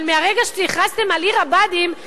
אבל מרגע שהכרזתם על עיר הבה"דים,